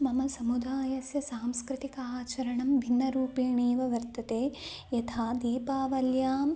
मम समुदायस्य सांस्कृतिक आचरणं भिन्नरूपेणैव वर्तते यथा दीपावल्यां